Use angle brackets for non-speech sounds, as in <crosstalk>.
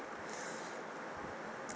<breath>